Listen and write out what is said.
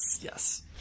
Yes